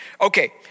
Okay